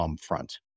front